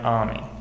army